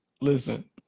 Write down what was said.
Listen